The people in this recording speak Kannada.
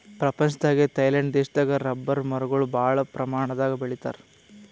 ಪ್ರಪಂಚದಾಗೆ ಥೈಲ್ಯಾಂಡ್ ದೇಶದಾಗ್ ರಬ್ಬರ್ ಮರಗೊಳ್ ಭಾಳ್ ಪ್ರಮಾಣದಾಗ್ ಬೆಳಿತಾರ್